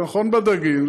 זה נכון בדגים,